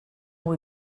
vull